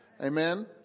Amen